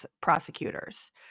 prosecutors